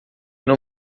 não